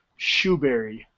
shoeberry